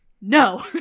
No